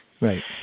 Right